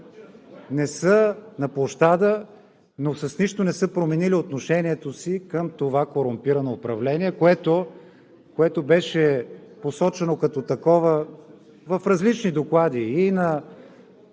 не са на площада, но с нищо не са променили отношението си към това корумпирано управление, което беше посочено като такова в различни доклади – и